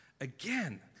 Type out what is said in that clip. Again